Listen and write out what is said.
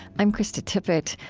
i'm krista tippett.